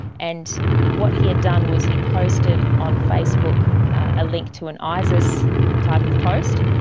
and what he had done was he posted on facebook a link to an isis type of post,